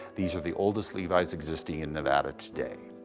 these are the oldest levi's existing in nevada today.